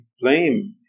blame